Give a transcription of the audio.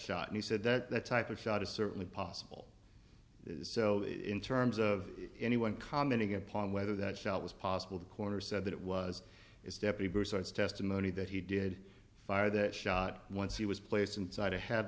shot and he said that that type of shot is certainly possible so in terms of anyone commenting upon whether that shot was possible the coroner said that it was its deputy broussard's testimony that he did fire that shot once he was placed inside a head